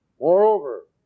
Moreover